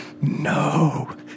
no